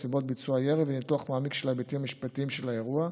נסיבות ביצוע הירי וניתוח מעמיק של היבטים משפטיים של האירוע.